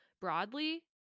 broadly